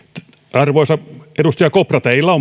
arvoisa edustaja kopra teillä